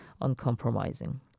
uncompromising